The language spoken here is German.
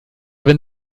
wenn